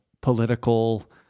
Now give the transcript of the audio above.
political